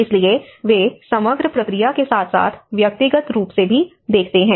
इसलिए वे समग्र प्रक्रिया के साथ साथ व्यक्तिगत रूप से भी देखते हैं